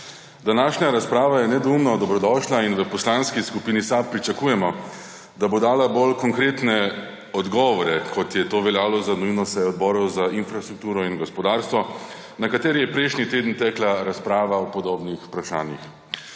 Današnja razprava je nedvomno dobrodošla in v Poslanski skupini SAB pričakujemo, da bo dala bolj konkretne odgovore, kot je to veljalo za nujno sejo odborov za infrastrukturo in gospodarstvo, na kateri je prejšnji teden tekla razprava o podobnih vprašanjih.